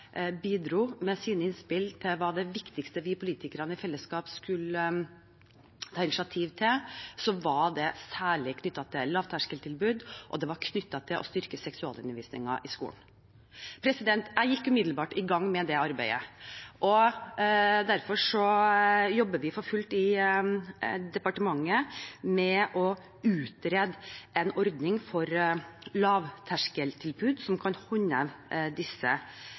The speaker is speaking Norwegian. bidro med sine innspill til hva som var det viktigste vi politikere i fellesskap skulle ta initiativ til, var innspillene særlig knyttet til lavterskeltilbud og til å styrke seksualundervisningen i skolen. Jeg gikk umiddelbart i gang med det arbeidet, og derfor jobber vi for fullt i departementet med å utrede en ordning for lavterskeltilbud som kan håndheve disse